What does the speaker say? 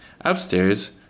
Upstairs